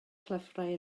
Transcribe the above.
llyfrau